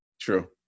True